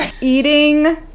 eating